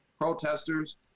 protesters